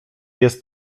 jest